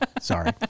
Sorry